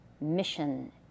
Mission